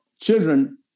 children